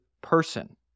person